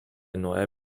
neue